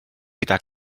gyda